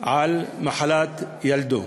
על מחלת ילדו,